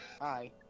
Hi